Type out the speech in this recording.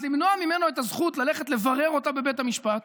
אז למנוע ממנו את הזכות ללכת לברר אותה בבית המשפט